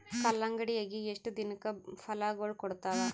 ಕಲ್ಲಂಗಡಿ ಅಗಿ ಎಷ್ಟ ದಿನಕ ಫಲಾಗೋಳ ಕೊಡತಾವ?